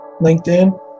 LinkedIn